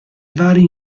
vari